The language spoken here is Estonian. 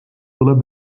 tuleb